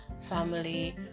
family